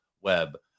web